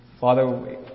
Father